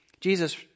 Jesus